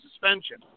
suspension